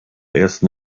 ersten